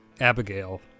Abigail